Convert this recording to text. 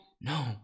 No